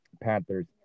Panthers